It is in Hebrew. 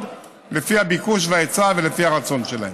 לפי הביקוש וההיצע ולפי הרצון שלהם.